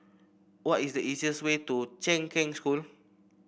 what is the easiest way to Kheng Cheng School